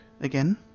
again